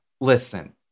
Listen